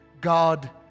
God